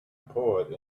poet